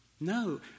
No